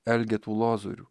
elgetų lozorių